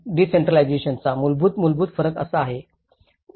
डिसेंट्रलाजेशनचा मूलभूत मूलभूत फरक असा आहे